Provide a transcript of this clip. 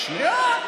שנייה.